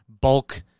bulk